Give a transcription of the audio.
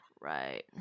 Right